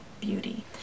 beauty